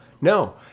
No